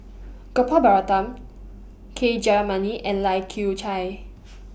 Gopal Baratham K Jayamani and Lai Kew Chai